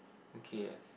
okay